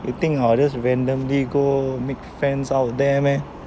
you think I'll just randomly go make friends out there meh